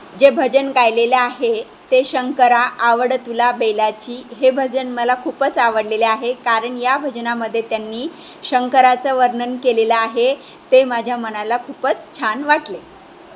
जे भजन गायलेलं आहे ते शंकरा आवड तुला बेलाची हे भजन मला खूपच आवडलेले आहे कारण या भजनामध्ये त्यांनी शंकराचं वर्णन केलेलं आहे ते माझ्या मनाला खूपच छान वाटले